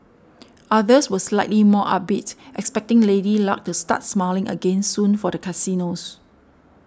others were slightly more upbeat expecting Lady Luck to start smiling again soon for the casinos